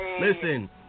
listen